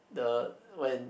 the when